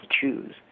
choose